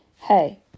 hey